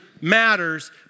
matters